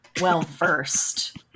well-versed